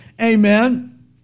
amen